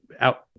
out